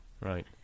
Right